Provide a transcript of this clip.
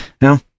Now